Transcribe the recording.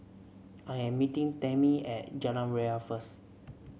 I am meeting Tamie at Jalan Ria first